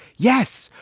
yes,